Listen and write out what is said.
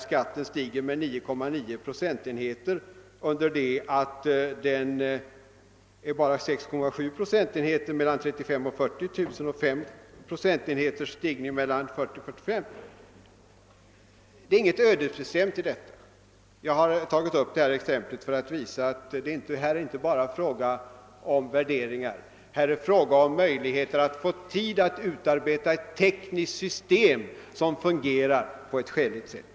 stiger med 9,9 procentenheter, under det att ökningen är bara 6,7 procentenheter mellan 35 000 och 40 000 kr. och 5 procentenheter mellan 40 000 och 45 000 kr. Det ligger ingenting ödesbestämt i detta. Jag har valt detta exempel för att visa att det här inte bara är fråga om värderingar. Här är det fråga om möjligheter att få tid att utarbeta ett tekniskt system som fungerar på ett skäligt sätt.